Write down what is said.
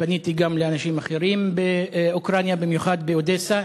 פניתי גם לאנשים אחרים באוקראינה, במיוחד באודסה.